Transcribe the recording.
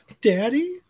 Daddy